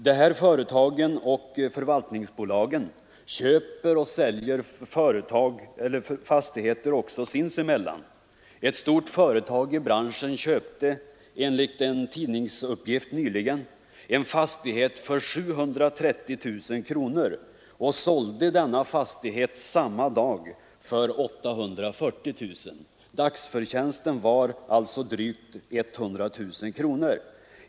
De här företagen och förvaltningsbolagen köper och säljer fastigheter också sinsemellan. Ett stort företag i branschen köpte, enligt en tidningsuppgift nyligen, en fastighet för 730 000 kronor och sålde denna fastighet samma dag för 840 000 kronor. Dagsförtjänsten var alltså drygt 100 000 kronor.